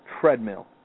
treadmill